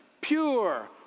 pure